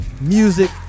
music